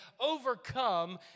overcome